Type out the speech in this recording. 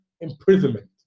imprisonment